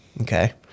Okay